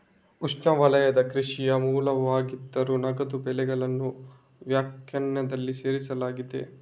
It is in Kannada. ಉಷ್ಣವಲಯದ ಕೃಷಿಯ ಮೂಲವಾಗಿದ್ದರೂ, ನಗದು ಬೆಳೆಗಳನ್ನು ವ್ಯಾಖ್ಯಾನದಲ್ಲಿ ಸೇರಿಸಲಾಗಿದೆ